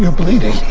ah bleeding